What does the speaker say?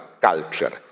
culture